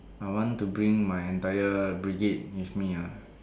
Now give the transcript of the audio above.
I want to bring my entire brigade with me ah